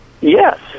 Yes